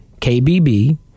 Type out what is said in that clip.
KBB